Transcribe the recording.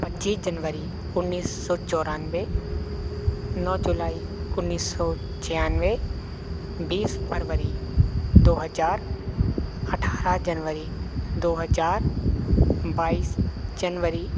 पच्चीस जनवरी उन्नीस सौ चौरानवे नौ जुलाई उन्नीस सौ छियानवे बीस फरबरी दो हज़ार अट्ठारह जनवरी दो हज़ार बाईस जनवरी